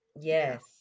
Yes